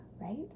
right